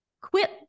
quit